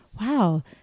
wow